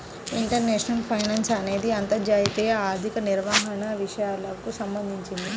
international finance అనేది అంతర్జాతీయ ఆర్థిక నిర్వహణ విషయాలకు సంబంధించింది